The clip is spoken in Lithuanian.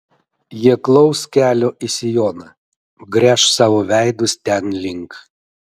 jie klaus kelio į sioną gręš savo veidus ten link